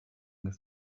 route